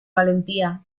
valentía